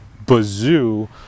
bazoo